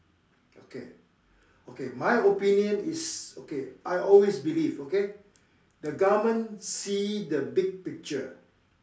okay okay my opinion is okay I always believe okay the government see the big picture